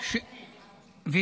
-- לא חוקית.